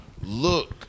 look